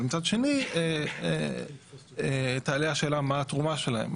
אבל מצד שני תעלה השאלה מה התרומה שלהם.